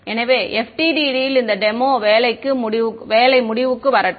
எனவே FDTD இல் இந்த டெமோ வேலை முடிவுக்கு வரட்டும்